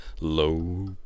low